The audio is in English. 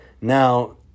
Now